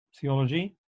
theology